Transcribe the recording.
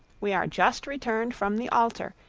we are just returned from the altar,